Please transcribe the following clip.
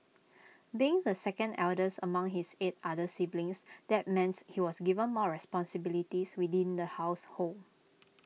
being the second eldest among his eight other siblings that means he was given more responsibilities within the household